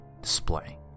display